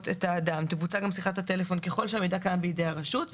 את האדם תבוצע גם שיחת הטלפון ככל שהמידע קיים בידי הרשות.